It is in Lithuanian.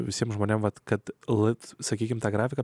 visiems žmonėms vat kad vat sakykime tą grafiką